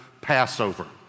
Passover